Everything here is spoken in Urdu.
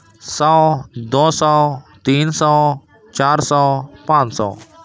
سو دو سو تین سو چار سو پانچ سو